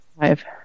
Five